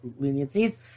leniencies